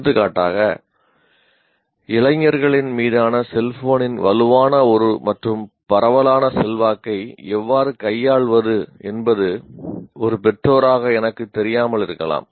எடுத்துக்காட்டாக இளைஞர்களின் மீதான செல்போனின் வலுவான மற்றும் பரவலான செல்வாக்கை எவ்வாறு கையாள்வது என்பது ஒரு பெற்றோராக எனக்குத் தெரியாமல் இருக்கலாம்